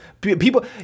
people